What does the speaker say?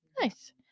Nice